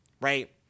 Right